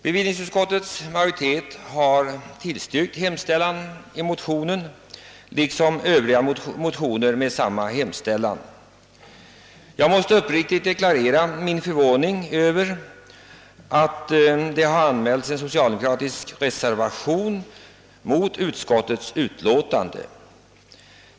Bevillningsutskottets majoritet har tillstyrkt hemställan i motionen liksom övriga motioner med samma hemställan. Jag måste uppriktigt deklarera min förvåning över att det har anmälts en socialdemokratisk reservation mot utskottets utlåtande.